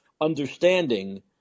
Understanding